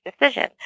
decision